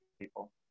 people